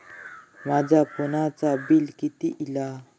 माझ्या फोनचा बिल किती इला?